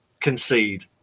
concede